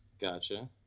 Gotcha